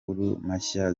mashya